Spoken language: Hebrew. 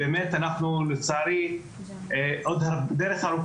אנחנו לא רוצים לשמור את הרכוש